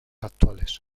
actuales